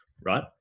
right